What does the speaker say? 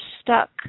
stuck